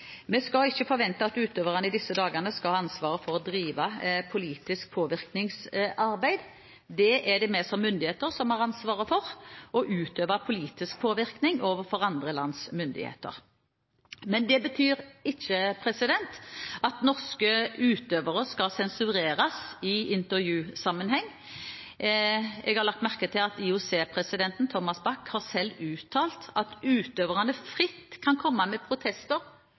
Vi skal ikke forvente at utøverne i disse dagene skal ha ansvaret for å drive politisk påvirkningsarbeid. Det er vi som myndigheter som har ansvaret for å utøve politisk påvirkning overfor andre lands myndigheter. Det betyr ikke at norske utøvere skal sensureres i intervjusammenheng. Jeg har lagt merke til at IOC-president Thomas Bach selv har uttalt at utøverne fritt kan komme med protester